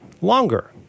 Longer